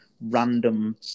random